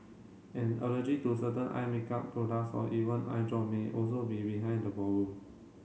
an allergy to certain eye makeup products or even eye drop may also be behind the problem